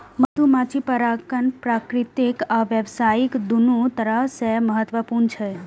मधुमाछी परागण प्राकृतिक आ व्यावसायिक, दुनू तरह सं महत्वपूर्ण छै